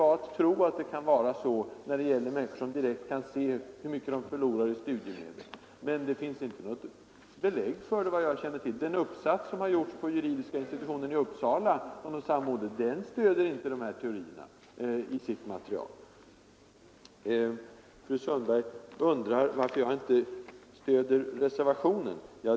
Ja, det kan jag också tänka mig, när det gäller människor som direkt kan se hur mycket de förlorar i studiemedel på att gifta sig. Men såvitt jag vet finns det inga belägg för den saken. Den uppsats som har gjorts på juridiska institutionen i Uppsala stöder inte denna teori. Sedan undrade fru Sundberg varför jag inte stöder reservationen.